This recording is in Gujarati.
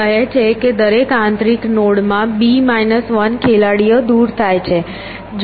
તે કહે છે કે દરેક આંતરિક નોડમાં b 1 ખેલાડીઓ દૂર થાય છે